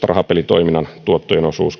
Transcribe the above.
rahapelitoiminnan tuottojen osuus